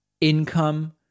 income